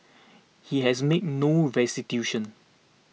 he has made no restitution